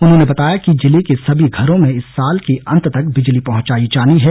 उन्होंने बताया कि जिले के सभी घरों में इस साल के अंत तक बिजली पहुंचाई जानी है